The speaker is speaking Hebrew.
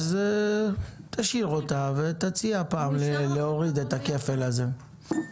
אז תשאיר אותה, ותציע פעם להוריד את הכפל הזה.